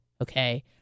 Okay